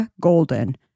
Golden